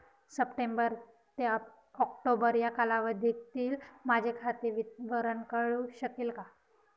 September ते October या कालावधीतील माझे खाते विवरण कळू शकेल का?